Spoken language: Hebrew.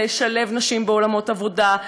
לשלב נשים בעולמות עבודה,